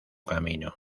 camino